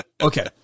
Okay